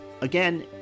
again